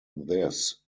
this